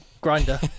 Grinder